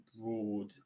broad